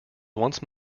once